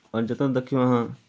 आओर जतय देखियौ अहाँ